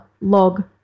Log